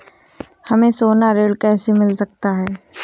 हमें सोना ऋण कैसे मिल सकता है?